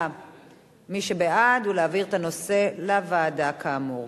מי שבעד הוא בעד להעביר את הנושא לוועדה, כאמור.